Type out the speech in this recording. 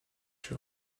you